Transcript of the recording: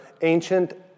ancient